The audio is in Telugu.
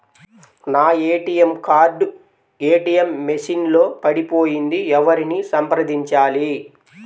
నా ఏ.టీ.ఎం కార్డు ఏ.టీ.ఎం మెషిన్ లో పడిపోయింది ఎవరిని సంప్రదించాలి?